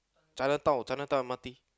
Chinatown Chinatown M_R_T